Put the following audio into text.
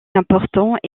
important